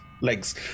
legs